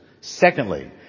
Secondly